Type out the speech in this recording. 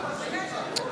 בעד אבי דיכטר,